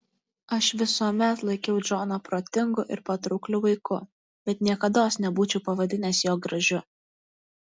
aš visuomet laikiau džoną protingu ir patraukliu vaiku bet niekados nebūčiau pavadinęs jo gražiu